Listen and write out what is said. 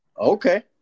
Okay